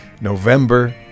november